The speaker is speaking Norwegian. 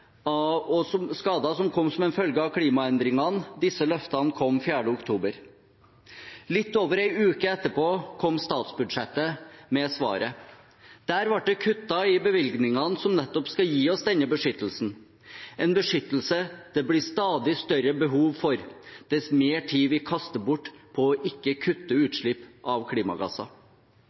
som en følge av klimaendringene kom den 4. oktober. Litt over en uke etterpå kom statsbudsjettet med svaret. Der ble det kuttet i bevilgningene som nettopp skal gi oss denne beskyttelsen, en beskyttelse det blir stadig større behov for, dess mer tid vi kaster bort på ikke å kutte utslipp av klimagasser.